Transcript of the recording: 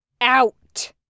out